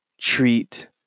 treat